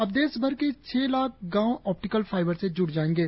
अब देश भर के छह लाख गांव ऑप्टिकल फाइबर से जूड जाएंगे